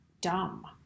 dumb